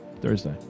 Thursday